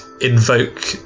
invoke